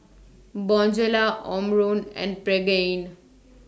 Bonjela Omron and Pregain